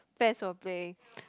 best of play